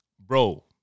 Bro